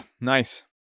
nice